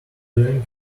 doing